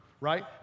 right